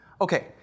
Okay